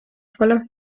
voller